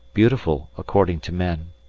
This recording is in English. beautiful according to men,